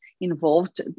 involved